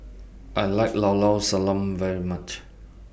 I like Llao Llao Sanum very much